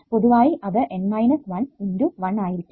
പൊതുവായി അത് N 1 × 1 ആയിരിക്കും